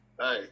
Hey